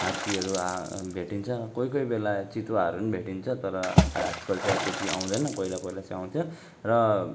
हात्तीहरू आ भेटिन्छ कोही कोही बेला चितुवाहरू पनि भेटिन्छ तर आजकल चाहिँ अब त्यति आउँदैन पहिला पहिला चाहिँ आउँथ्यो र